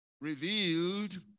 revealed